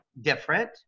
different